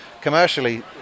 Commercially